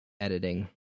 editing